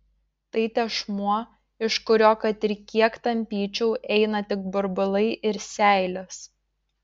tai tešmuo iš kurio kad ir kiek tampyčiau eina tik burbulai ir seilės